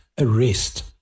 arrest